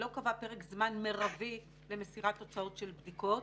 לא קבע פרק זמן מרבי למסירת תוצאות של בדיקות.